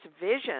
vision